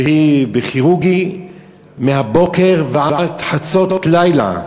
שהיא בכירורגית מהבוקר ועד חצות לילה,